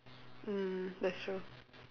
mm that's true